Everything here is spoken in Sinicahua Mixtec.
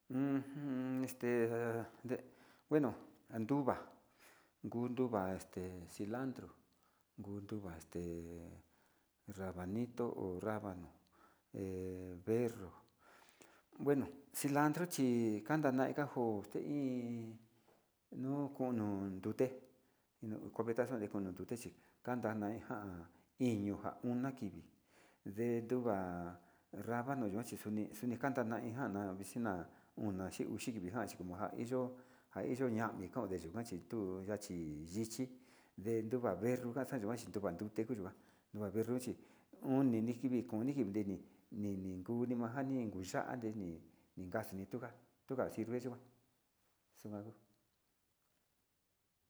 Ujun este anduva kuu ruva este cilandro, nduva este rabanito ho rabano berro bueno cilandro kanana ka njo'o koxte iin no kon non dute cubeta kon non ndute chi kanana nja ño nja ona kivi na nruva rabano yo chi xoni xantana injana xina ona xhi xivinjan nja iyo nja iyo ñami kao ndenu kuan chi tuu yachi iyiki ndenruva berro kaxa nayukuan chinudetu yukuan, nuu va'a veo vixhi o'on derivi konde'e nrivi nini kuu vanjani kuu xa'a andeni nikaxini yukuan xunjan kuu.